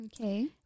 Okay